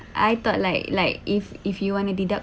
I thought like like if if you want to deduct